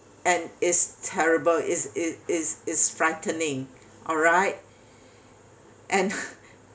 and is terrible is it is is frightening alright and